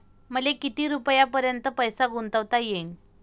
मले किती रुपयापर्यंत पैसा गुंतवता येईन?